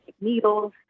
needles